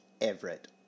Everett